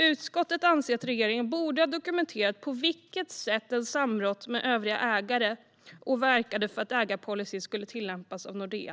Utskottet anser att regeringen borde ha dokumenterat på vilket sätt den samrådde med övriga ägare och verkade för att ägarpolicyn skulle tillämpas av Nordea.